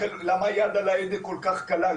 למה היד על ההדק כל כך קלה?